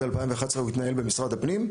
עד 2011 הוא התנהל במשרד הפנים,